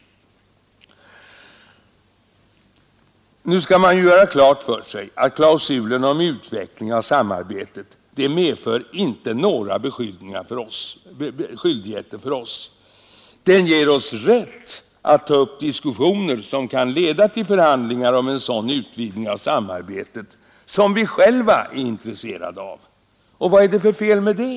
Man skall göra klart för sig att klausulen om utveckling av samarbetet inte medför några skyldigheter för oss. Den ger oss rätt att ta upp Nr 139 Tisdagen den samarbete som vi själva är intresserade av. Vad är det för fel med det?